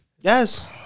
Yes